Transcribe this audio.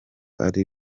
ari